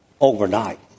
overnight